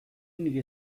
nire